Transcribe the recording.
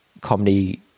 comedy